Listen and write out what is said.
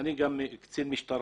שאני קצין משטרה,